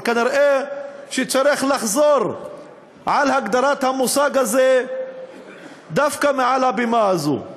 אבל כנראה צריך לחזור על הגדרת המושג הזה דווקא מעל הבימה הזו.